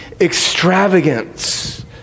extravagance